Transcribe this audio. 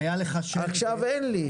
עכשיו אין לי.